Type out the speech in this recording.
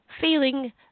feeling